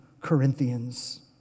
Corinthians